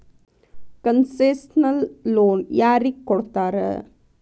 Concessional loan ಯಾರಿಗ್ ಕೊಡ್ತಾರ?